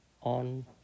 on